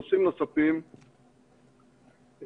בנושאים נוספים,